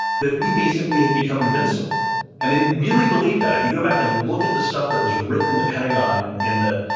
that we basically had become invincible and they really believe that. if you go back and look at the stuff that was written in the pentagon, in, in the,